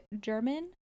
German